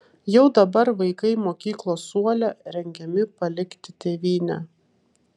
jau dabar vaikai mokyklos suole rengiami palikti tėvynę